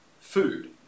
food